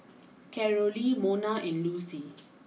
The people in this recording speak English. Carolee Mona and Lucie